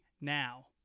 now